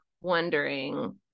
wondering